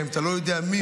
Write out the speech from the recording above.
גם אם אתה לא יודע מיהו,